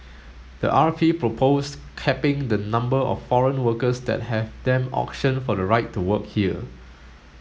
the R P proposed capping the number of foreign workers that have them auction for the right to work here